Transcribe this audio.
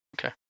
Okay